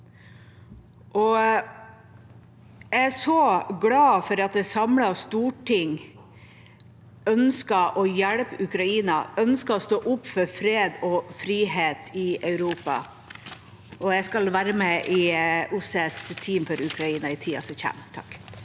Jeg er glad for at et samlet storting ønsker å hjelpe Ukraina, ønsker å stå opp for fred og frihet i Europa. Jeg skal være med i OSSEs team for Ukraina i tiden som kommer. Terje